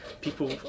people